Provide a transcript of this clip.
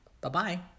Bye-bye